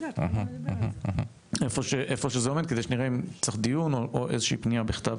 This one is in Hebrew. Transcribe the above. רק שנראה איפה זה עומד אם צריך דיון או פניה בכתב